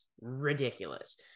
ridiculous